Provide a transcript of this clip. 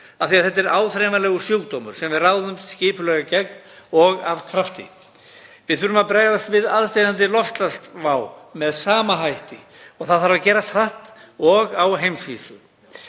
þetta er áþreifanlegur sjúkdómur sem við ráðumst skipulega gegn og af krafti. Við þurfum að bregðast við aðsteðjandi loftslagsvá með sama hætti og það þarf að gerast hratt og á heimsvísu.